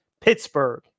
Pittsburgh